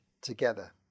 together